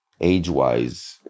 age-wise